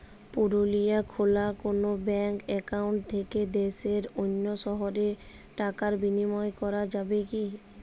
পুরুলিয়ায় খোলা কোনো ব্যাঙ্ক অ্যাকাউন্ট থেকে দেশের অন্য শহরে টাকার বিনিময় করা যাবে কি?